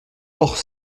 hors